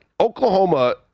Oklahoma